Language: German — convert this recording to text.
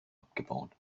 abgebaut